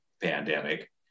pandemic